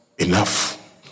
Enough